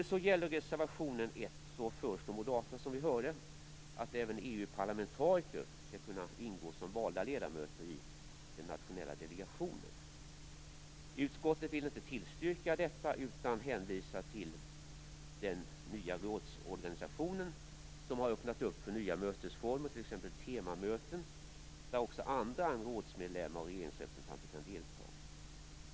I reservation 1 föreslår moderaterna, som vi hörde, att även EU-parlamentariker skall kunna ingå som valda ledamöter i den nationella delegationen. Utskottet vill inte tillstyrka detta utan hänvisar till den nya rådsorganisationen, som har öppnat för nya mötesformer, t.ex. temamöten, där också andra än rådsmedlemmar och regeringsrepresentanter kan delta.